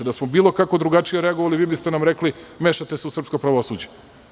Da smo bilo kako drugačije reagovali, vi biste nam rekli – ne mešajte se u srpsko pravosuđe.